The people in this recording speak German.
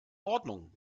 ordnung